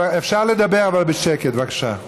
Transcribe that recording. אפשר לדבר, אבל בשקט, בבקשה.